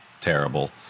terrible